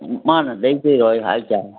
ꯃꯥꯅ ꯑꯗꯒꯤ ꯄꯤꯌꯣ ꯍꯥꯏꯗꯥꯏ